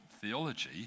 theology